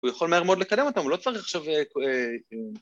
‫הוא יכול מהר מאוד לקדם אותם, ‫הוא לא צריך עכשיו...